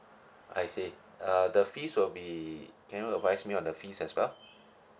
I see uh the fees will be can you advice me on the fees as well